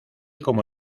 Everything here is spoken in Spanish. como